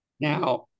Now